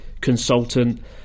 consultant